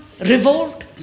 Revolt